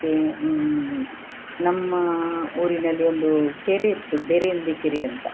ಮತ್ತೆ ನಮ್ಮ ಊರಿನಲ್ಲಿ ಒಂದು ಕೆರೆ ಇತ್ತು ಬೆರೆಂದಿ ಕೆರೆ ಅಂತ